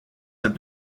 have